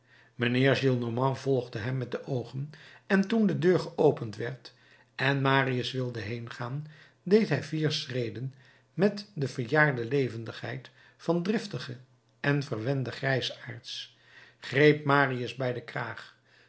mijnheer gillenormand volgde hem met de oogen en toen de deur geopend werd en marius wilde heengaan deed hij vier schreden met de verjaarde levendigheid van driftige en verwende grijsaards greep marius bij den kraag